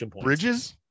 Bridges